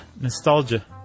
nostalgia